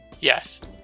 Yes